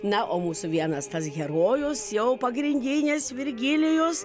na o mūsų vienas tas herojus jau pagrindinis virgilijus